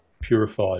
purified